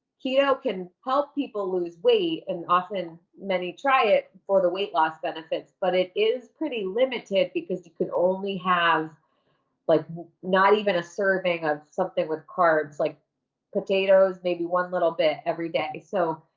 keto can help people lose weight, and often many try it for the weight loss benefits, but it is pretty limited, because you can only have like not even a serving of something with carbs, like potatoes, maybe one little bit every day. so